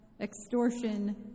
extortion